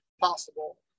possible